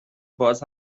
باز